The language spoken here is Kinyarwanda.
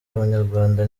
abanyarwanda